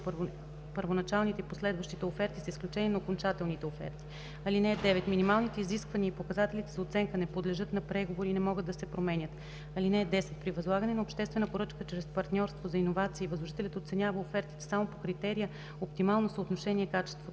първоначалните и последващите оферти, с изключение на окончателните оферти. (9) Минималните изисквания и показателите за оценка не подлежат на преговори и не могат да се променят. (10) При възлагане на обществена поръчка чрез партньорство за иновации възложителят оценява офертите само по критерия оптимално съотношение качество/цена.